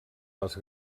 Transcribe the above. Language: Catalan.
les